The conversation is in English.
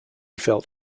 felt